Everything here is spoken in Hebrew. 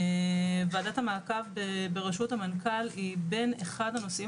ועדת המעקב ברשות המנכ"ל היא בין אחד הנושאים